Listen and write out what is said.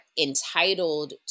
entitled